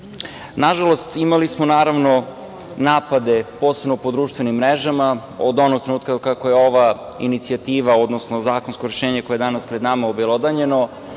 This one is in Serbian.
vrti. Nažalost, imali smo naravno napade, posebno po društvenim mrežama od onog trenutka od kako je ova inicijativa, odnosno zakonsko rešenje koje je danas pred nama obelodanjeno